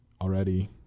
already